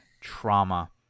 trauma